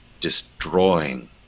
destroying